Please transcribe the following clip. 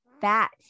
fat